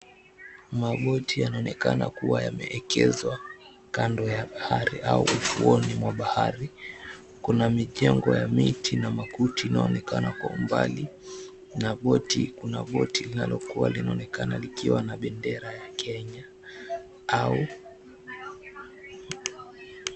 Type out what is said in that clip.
Maboti yanaonekana kuwa yameekezwa kando ya bahari au ufuoni mwa bahari, kuna mijengo ya miti na makuti inayoonekana kwa umbali na kuna boti linalokuwa linaonekana likiwa na bendera ya Kenya au.